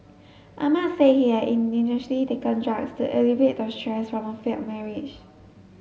Ahmad said he had initially taken drugs to alleviate the stress from a failed marriage